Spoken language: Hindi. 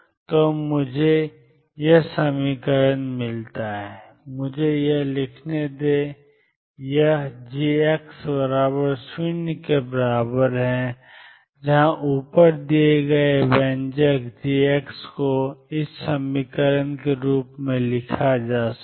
तो मुझे t∂x मिलता है मुझे यह लिखने दें कि यह jx0 के बराबर है जहां ऊपर दिए गए व्यंजक से jx को 2mi∂ψ∂x ψ∂x के रूप में लिखा जा सकता है